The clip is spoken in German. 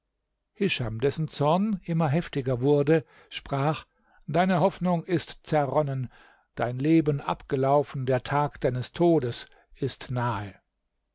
hischam dessen zorn immer heftiger wurde sprach deine hoffnung ist zerronnen dein leben abgelaufen der tag deines todes ist nahe